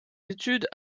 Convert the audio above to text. études